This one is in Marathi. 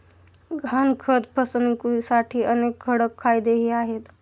गहाणखत फसवणुकीसाठी अनेक कडक कायदेही आहेत